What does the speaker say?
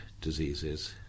diseases